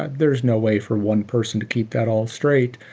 but there's no way for one person to keep that all straight.